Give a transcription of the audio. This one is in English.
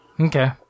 okay